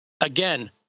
Again